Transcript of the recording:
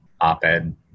op-ed